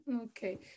okay